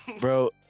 bro